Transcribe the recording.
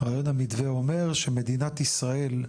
רעיון המתווה אומר שמדינת ישראל,